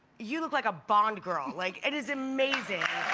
you look like a bond girl. like it is amazing.